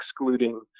excluding